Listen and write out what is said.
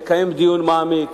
תקיים דיון מעמיק,